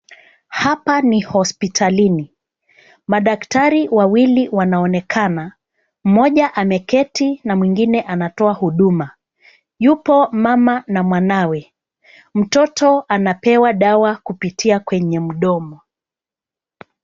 Hapa ni hospitalini. Madaktari wawili wanaonekana; mmoja ameketi na mwingine anatoa huduma. Yupo mama na mwanawe. Mtoto anapewa dawa kupitia kwenye mdomo.